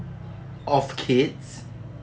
of kids